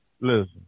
listen